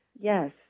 Yes